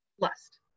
lust